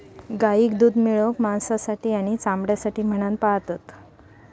गाईक दूध मिळवूक, मांसासाठी आणि चामड्यासाठी म्हणान पाळतत